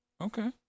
Okay